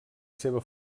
seva